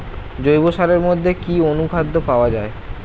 জৈব সারের মধ্যে কি অনুখাদ্য পাওয়া যায়?